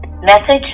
Message